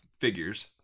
figures